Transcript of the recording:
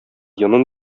йонын